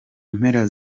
mpera